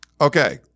okay